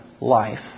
life